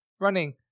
running